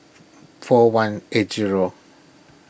four one eight zero